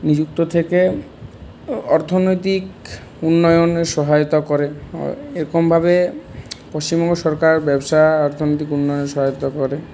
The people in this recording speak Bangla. নিযুক্ত থেকে অর্থনৈতিক উন্নয়নে সহায়তা করে এরকমভাবে পশ্চিমবঙ্গ সরকার ব্যবসার অর্থনৈতিক উন্নয়নে সহায়তা করে